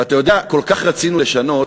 ואתה יודע, כל כך רצינו לשנות.